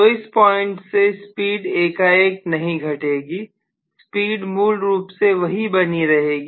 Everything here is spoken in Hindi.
तो इस पॉइंट से स्पीड एकाएक नहीं घटेगी स्पीड मूल रूप से वही बनी रहेगी